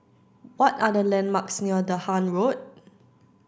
what are the landmarks near Dahan Road